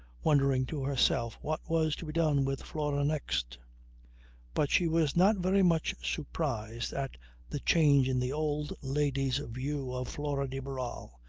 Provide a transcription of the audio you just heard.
wondering to herself what was to be done with flora next but she was not very much surprised at the change in the old lady's view of flora de barral.